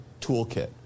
toolkit